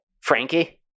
Frankie